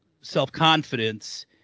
self-confidence